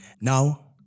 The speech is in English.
Now